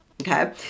Okay